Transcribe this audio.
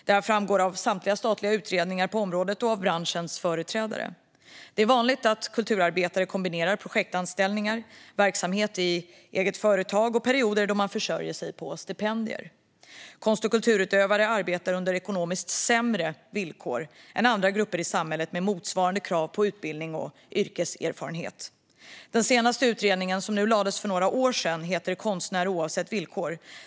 Det framgår av samtliga statliga utredningar på området och av branschens företrädare. Det är vanligt att kulturarbetare kombinerar projektanställningar, verksamhet i eget företag och perioder då man försörjer sig på stipendier. Konst och kulturskapare arbetar under ekonomiskt sämre villkor än andra grupper i samhället med motsvarande krav på utbildning och yrkeserfarenhet. Den senaste utredningen, som lades fram för några år sedan, heter Konstnär - oavsett villkor?